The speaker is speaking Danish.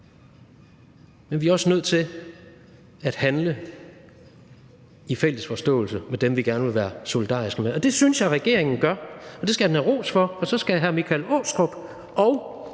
Men vi er også nødt til at handle i fælles forståelse med dem, vi gerne vil være solidariske med. Det synes jeg regeringen gør, og det skal den have ros for, og så skal hr. Michael Aastrup